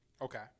okay